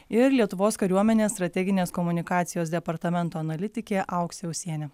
ir lietuvos kariuomenės strateginės komunikacijos departamento analitikė auksė ūsienė